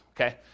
okay